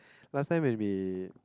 last time when we